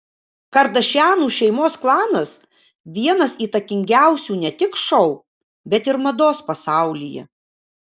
kardašianų šeimos klanas vienas įtakingiausių ne tik šou bet ir mados pasaulyje